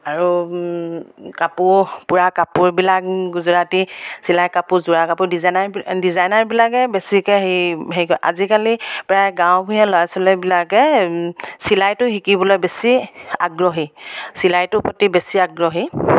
আৰু কাপোৰ পূৰা কাপোৰবিলাক গুজৰাটী চিলাই কাপোৰ যোৰা কাপোৰ ডিজাইনাৰ ডিজাইনাৰবিলাকে বেছিকৈ হেৰি হেৰি কৰে আজিকালি প্ৰায় গাঁও ভূঞে ল'ৰা ছোৱালীবিলাকে চিলাইটো শিকিবলৈ বেছি আগ্ৰহী চিলাইটোৰ প্ৰতি বেছি আগ্ৰহী